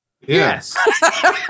Yes